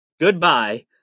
goodbye